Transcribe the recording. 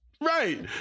Right